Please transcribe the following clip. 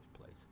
place